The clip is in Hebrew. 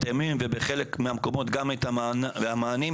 ובחלק מהמקומות גם את המענים,